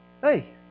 Hey